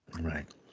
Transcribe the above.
Right